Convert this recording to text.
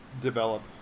develop